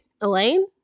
Elaine